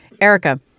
Erica